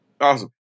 awesome